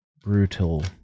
brutal